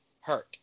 Hurt